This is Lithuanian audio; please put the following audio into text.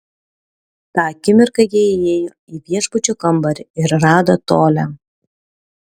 tą akimirką jie įėjo į viešbučio kambarį ir rado tolią